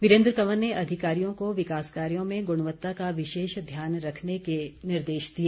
वीरेन्द्र कंवर ने अधिकारियों को विकास कायों में गुणवत्ता का विशेष ध्यान रखने के निर्देश दिए